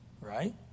right